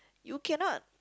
you cannot